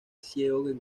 ciego